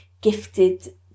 gifted